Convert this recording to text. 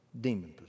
demon